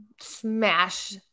smash